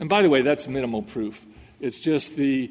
and by the way that's a minimal proof it's just the